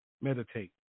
meditate